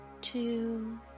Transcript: two